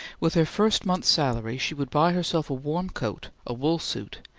with her first month's salary she would buy herself a warm coat, a wool suit,